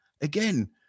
again